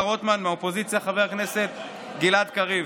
רוטמן ומהאופוזיציה חבר הכנסת גלעד קריב.